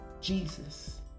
Jesus